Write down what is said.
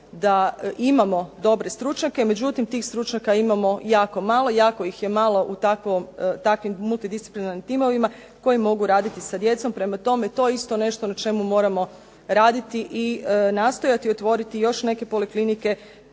da imamo dobre stručnjake. Međutim tih stručnjaka imamo jako malo. Jako ih je malo u takvim multidisciplinarnim timovima koji mogu raditi sa djecom. Prema tome, to je isto na čemu moramo raditi i nastojati otvoriti još neke poliklinike